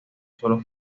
sólo